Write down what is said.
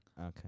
Okay